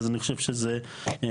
אז אני חושב שזה חשוב.